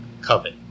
covet